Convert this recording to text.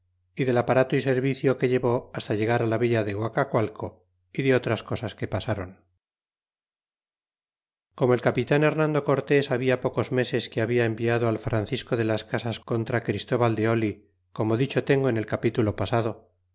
y del aparato y servicio que llevó hasta llegar á la villa de guacacualco y de otras cosas que pasáron como el capitan hernando cortés habla pocos meses que habia enviado al francisco de las casas contra christóbal de oh como dicho tengo en el capítulo pasado